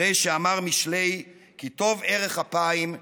הרי שאמר משלי כי "טוב ארך אפיִם מגיבור",